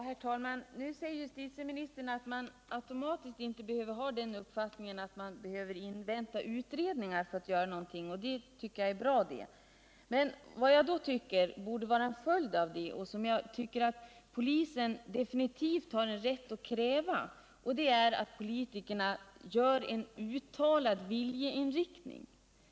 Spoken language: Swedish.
Herr talman! Nu säger justitieministern att man inte automatiskt behöver ha den uppfattningen att utredningar skall inväntas innan man gör någonting, och det tycker jag är bra. Men en följd härav tycker jag är — och det har polisen rätt att kräva — att politikerna uttalar sin viljeinriktning.